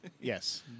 Yes